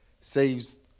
saves